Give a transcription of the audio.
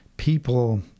people